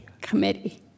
Committee